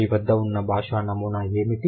మీ వద్ద ఉన్న భాషా నమూనా ఏమిటి